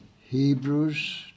Hebrews